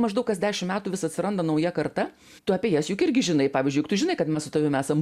maždaug kas dešim metų vis atsiranda nauja karta tu apie jas juk irgi žinai pavyzdžiui juk tu žinai kad mes su tavim esam